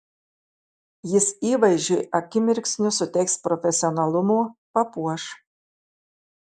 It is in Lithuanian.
jis įvaizdžiui akimirksniu suteiks profesionalumo papuoš